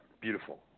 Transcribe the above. beautiful